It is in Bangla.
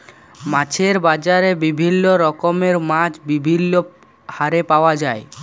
মাছের বাজারে বিভিল্য রকমের মাছ বিভিল্য হারে পাওয়া যায়